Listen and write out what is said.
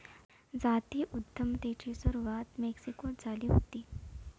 जाती उद्यमितेची सुरवात मेक्सिकोत झाली हुती